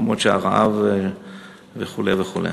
במקומות שהרעב וכו' וכו'.